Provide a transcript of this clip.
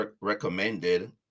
recommended